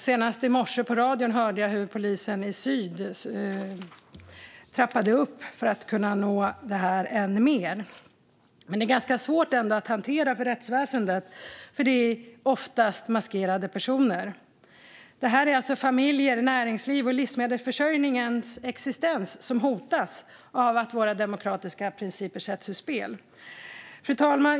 Senast i morse hörde jag på radion att polisen i syd trappar upp för att kunna nå det här än mer. Men det är ganska svårt för rättsväsendet att hantera, eftersom det ofta är maskerade personer. Familjers, näringslivs och livsmedelsförsörjningens existens hotas av att våra demokratiska principer sätts ur spel. Fru talman!